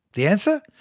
the answer?